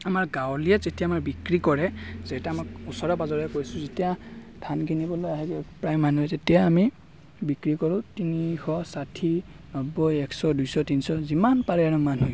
আমাৰ গাঁৱলীয়া যেতিয়া আমাৰ বিক্ৰী কৰে যে তা আমাক ওচৰে পাজৰে কৈছোঁ যেতিয়া ধান কিনিবলৈ আহিব প্ৰায় মানুহে যেতিয়া আমি বিক্ৰী কৰোঁ তিনিশ ষাঠি নব্বৈ এশ দুশ তিনিশ যিমান পাৰে আৰু মানুহে